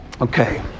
Okay